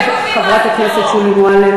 האם התוצאה או המעשה קובעים מה זה טרור?